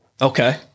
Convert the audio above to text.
Okay